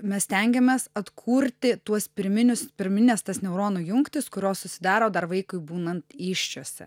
mes stengiamės atkurti tuos pirminius pirmines tas neuronų jungtis kurios susidaro dar vaikui būnant įsčiose